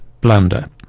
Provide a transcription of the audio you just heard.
Blunder